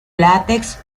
látex